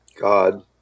God